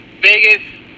Vegas